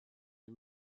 les